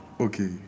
Okay